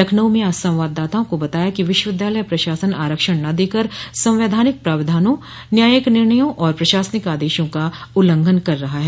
लखनऊ में आज संवाददाताओं को बताया कि विश्वविद्यालय प्रशासन आरक्षण न देकर संवैधानिक प्राविधानों न्यायायिक निर्णयों और प्रशासनिक आदेशों का उल्लंघन कर रहा है